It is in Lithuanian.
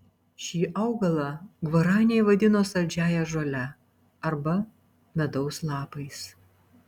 šį augalą gvaraniai vadino saldžiąja žole arba medaus lapais